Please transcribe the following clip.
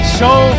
Show